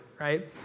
right